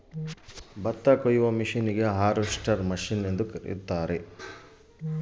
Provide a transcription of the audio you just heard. ಭತ್ತ ಕೊಯ್ಯುವ ಮಿಷನ್ನಿಗೆ ಏನಂತ ಕರೆಯುತ್ತಾರೆ?